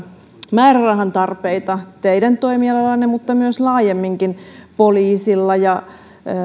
määrärahan tarpeita teidän toimialallanne mutta myös laajemminkin poliisilla ja